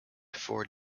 for